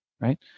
Right